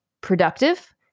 productive